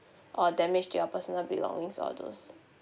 or damage to your personal belongings all those